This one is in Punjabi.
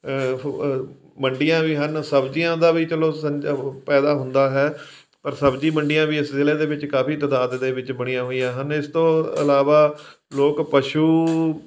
ਅ ਫ ਮੰਡੀਆਂ ਵੀ ਹਨ ਸਬਜ਼ੀਆਂ ਦਾ ਵੀ ਚਲੋ ਸੰ ਪੈਦਾ ਹੁੰਦਾ ਹੈ ਪਰ ਸਬਜ਼ੀ ਮੰਡੀਆਂ ਵੀ ਇਸ ਜ਼ਿਲ੍ਹੇ ਦੇ ਵਿੱਚ ਕਾਫੀ ਤਾਦਾਦ ਦੇ ਵਿੱਚ ਬਣੀਆਂ ਹੋਈਆਂ ਹਨ ਇਸ ਤੋਂ ਇਲਾਵਾ ਲੋਕ ਪਸ਼ੂ